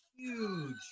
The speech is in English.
Huge